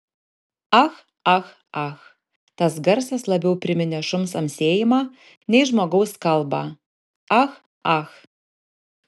ah ah ah tas garsas labiau priminė šuns amsėjimą nei žmogaus kalbą ah ah